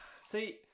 see